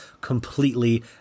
completely